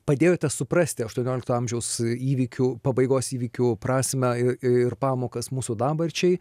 padėjote suprasti aštuoniolikto amžiaus įvykių pabaigos įvykių prasmę ir pamokas mūsų dabarčiai